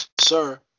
Sir